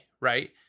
right